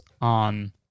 on